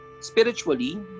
spiritually